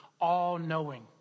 all-knowing